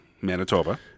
Manitoba